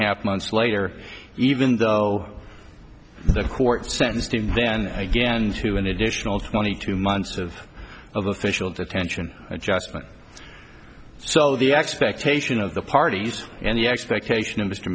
half months later even though the court sentenced him then again to an additional twenty two months of the official detention adjustment so the expectation of the parties and the expectation of